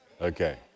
okay